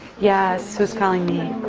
yes? who's calling me?